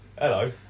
hello